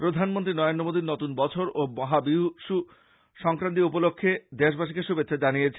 প্রধানমন্ত্রী নরেন্দ্র মোদি নতুনবর্ষ ও মহাবিষুব সংক্রান্তি উপলক্ষে দেশবাসীকে শুভেচ্ছা জানিয়েছেন